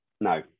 No